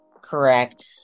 Correct